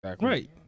Right